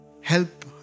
help